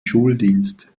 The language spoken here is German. schuldienst